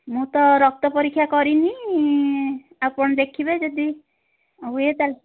ମୁଁ ତ ରକ୍ତ ପରୀକ୍ଷା କରିନି ଆପଣ ଦେଖିବେ ଯଦି ହୁଏ ତା'ହେଲେ